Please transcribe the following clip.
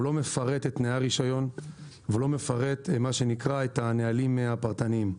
הוא לא מפרט את תנאי הרישיון ולא מפרט את הנהלים הפרטניים.